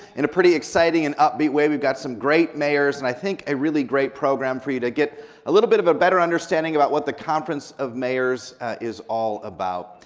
in a pretty exciting and upbeat way, we've got some great mayors and, i think, a really great program for you to get a little bit of a better understanding about what the conference of mayors is all about.